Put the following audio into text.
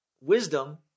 Wisdom